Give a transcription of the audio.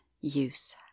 use